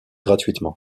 gratuitement